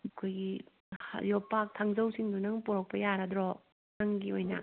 ꯑꯩꯈꯣꯏꯒꯤ ꯌꯣꯄꯥꯛ ꯊꯥꯡꯖꯧꯁꯤꯡꯗꯨ ꯅꯪ ꯄꯨꯔꯛꯄ ꯌꯥꯔꯗꯔꯣ ꯅꯪꯒꯤ ꯑꯣꯏꯅ